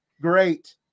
Great